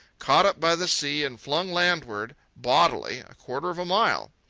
caught up by the sea and flung landward, bodily, a quarter of a mile.